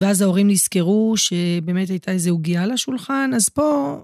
ואז ההורים נזכרו שבאמת הייתה איזו עוגיה על השולחן, אז פה...